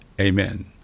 Amen